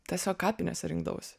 tiesiog kapinėse rinkdavosi